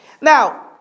Now